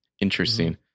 interesting